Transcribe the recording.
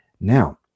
now